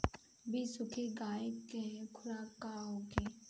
बिसुखी गाय के खुराक का होखे?